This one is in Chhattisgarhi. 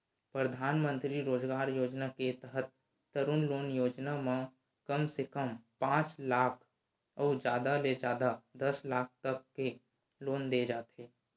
परधानमंतरी रोजगार योजना के तहत तरून लोन योजना म कम से कम पांच लाख अउ जादा ले जादा दस लाख तक के लोन दे जाथे